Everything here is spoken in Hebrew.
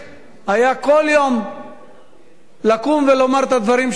כל יום לקום ולומר את הדברים שלנו,